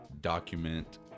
document